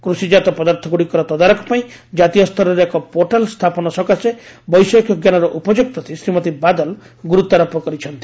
କୃଷିଜାତ ପଦାର୍ଥ ଗୁଡ଼ିକର ତଦାରଖ ପାଇଁ ଜାତୀୟ ସ୍ତରରେ ଏକ ପୋର୍ଟାଲ ସ୍ଥାପନ ସକାଶେ ବୈଷୟିକ ଜ୍ଞାନର ଉପଯୋଗ ପ୍ରତି ଶ୍ରୀମତୀ ବାଦଲ ଗୁରୁତ୍ୱାରୋପ କରିଛନ୍ତି